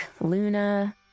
Luna